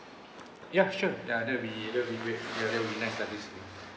ya sure ya that will be that will be great ya that will be nice lah basically